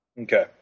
Okay